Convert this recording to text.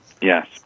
Yes